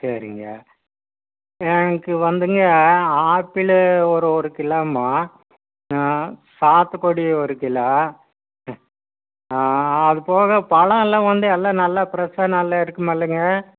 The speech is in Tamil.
சரிங்க எனக்கு வந்துங்க ஆப்பிளு ஒரு ஒரு கிலோம்மா சாத்துக்குடி ஒரு கிலோ அதுப்போக பழம்லாம் வந்து எல்லாம் நல்லா ஃபிரெஷ்ஷாக நல்லா இருக்குமில்லைங்க